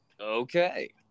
Okay